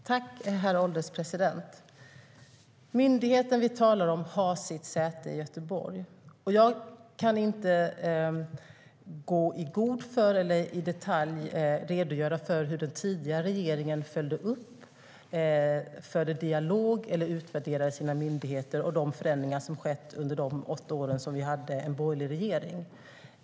Herr ålderspresident! Myndigheten vi talar om har sitt säte i Göteborg. Jag kan inte gå i god för eller i detalj redogöra för hur den tidigare regeringen följde upp, förde dialog med eller utvärderade sina myndigheter. Det gäller också de förändringar som skett under de åtta år som vi hade en borgerlig regering.